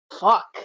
fuck